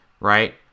right